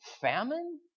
famine